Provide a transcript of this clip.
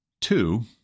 Two